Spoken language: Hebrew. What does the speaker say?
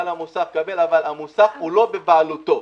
אבל המוסך הוא לא בבעלותו.